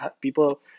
people